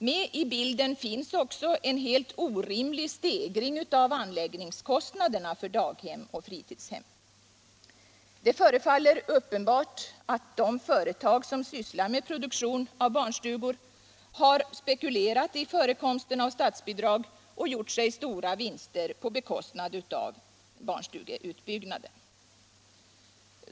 Med i bilden finns också en helt orimlig stegring av anläggningskostnaderna för daghem och fritidshem. Det förefaller uppenbart att de företag som sysslar med produktion av barnstugor har spekulerat i förekomsten av statsbidrag och gjort sig stora vinster på bekostnad av barnstugeutbyggnaden.